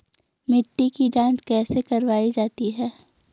मिट्टी की जाँच कैसे करवायी जाती है?